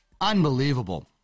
Unbelievable